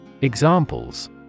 Examples